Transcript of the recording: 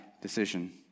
decision